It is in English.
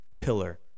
pillar